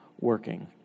working